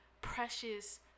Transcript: precious